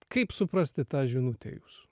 kaip suprasti tą žinutę jūsų